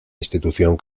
institución